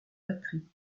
patrie